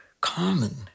common